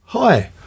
Hi